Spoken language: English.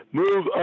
move